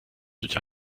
durch